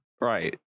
Right